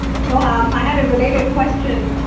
so um i had a related question,